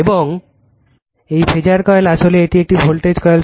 এবং এই ফেজার কয়েল আসলে এটি একটি ভোল্টেজ কয়েল